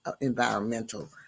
environmental